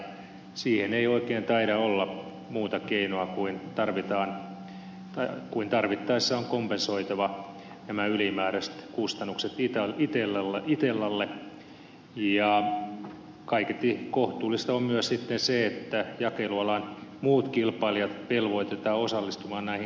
siihen ei oikein taida olla muuta keinoa kuin että tarvittaessa on kompensoitava nämä ylimääräiset kustannukset itellalle ja kaiketi kohtuullista on myös sitten se että jakelualan muut kilpailijat velvoitetaan osallistumaan näihin kustannuksiin